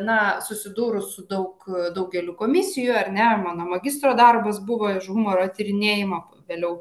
na susidūrus su daug daugeliu komisijų ar ne mano magistro darbas buvo iš humoro tyrinėjimo vėliau